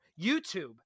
YouTube